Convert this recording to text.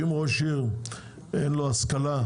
שאם ראש עיר אין לו השכלה,